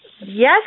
Yes